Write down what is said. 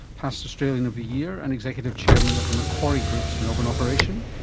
past australian of the year and executive chairman of the macquarie group's melbourne operation.